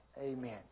Amen